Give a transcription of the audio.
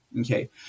okay